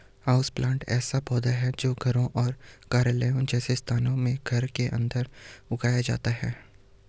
houseplant ऐसा पौधा है जो घरों और कार्यालयों जैसे स्थानों में घर के अंदर उगाया जाता है